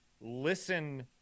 listen